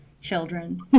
children